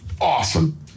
awesome